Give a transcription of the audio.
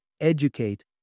educate